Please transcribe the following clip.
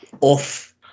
off